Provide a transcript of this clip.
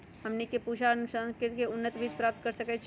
हमनी के पूसा अनुसंधान केंद्र से उन्नत बीज प्राप्त कर सकैछे?